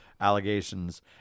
allegations